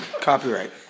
Copyright